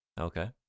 Okay